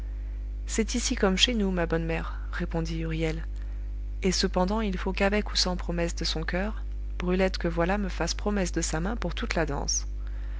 c'est ici comme chez nous ma bonne mère répondit huriel et cependant il faut qu'avec ou sans promesse de son coeur brulette que voilà me fasse promesse de sa main pour toute la danse